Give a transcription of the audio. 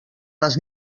les